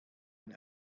ein